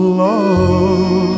love